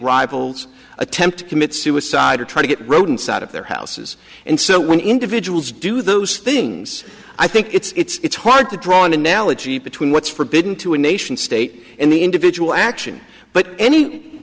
rivals attempt to commit suicide or try to get rodents out of their houses and so when individuals do those things i think it's hard to draw an analogy between what's forbidding to a nation state and the individual action but any